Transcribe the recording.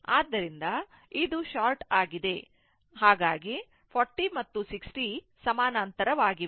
ಆದ್ದರಿಂದ ಇದು ಶಾರ್ಟ್ ಆಗಿದೆ ಆದ್ದರಿಂದ 40 ಮತ್ತು 60 ಸಮಾನಾಂತರವಾಗಿವೆ